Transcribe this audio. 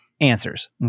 answers